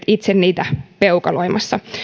itse niitä peukaloimassa